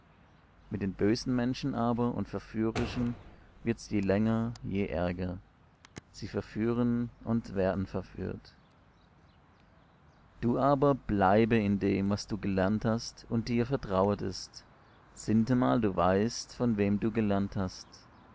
mit den bösen menschen aber und verführerischen wird's je länger je ärger sie verführen und werden verführt du aber bleibe in dem was du gelernt hast und dir vertrauet ist sintemal du weißt von wem du gelernt hast